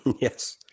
Yes